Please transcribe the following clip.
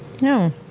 No